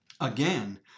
Again